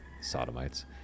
sodomites